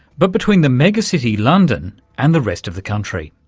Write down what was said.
but between the megacity london and the rest of the country.